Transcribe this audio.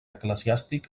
eclesiàstic